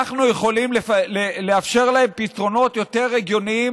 אנחנו יכולים לאפשר להם פתרונות יותר הגיוניים